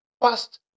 past